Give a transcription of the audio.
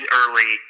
early